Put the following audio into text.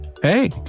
Hey